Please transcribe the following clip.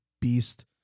Beast